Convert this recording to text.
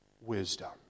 wisdom